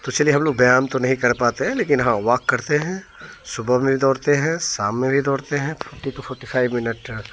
तो चलिए हम लोग व्यायाम तो नहीं कर पाते है लेकिन हाँ वाक करते हैं सुबह में दौड़ते हैं शाम में भी दौड़ते हैं forty to forty five minute